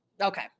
Okay